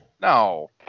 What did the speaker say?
No